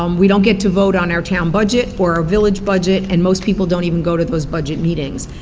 um we don't get to vote on our town budget or our village budget, and most people don't even go to those budget meetings.